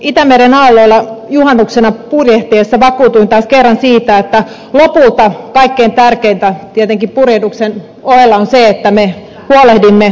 itämeren aalloilla juhannuksena purjehtiessani vakuutuin taas kerran siitä että lopulta kaikkein tärkeintä tietenkin purjehduksen ohella on se että me huolehdimme ympäristöstä